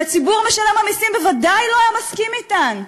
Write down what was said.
שהציבור משלם המסים בוודאי לא היה מסכים להן.